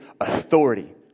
authority